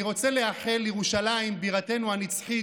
אני רוצה לאחל לירושלים בירתנו הנצחית,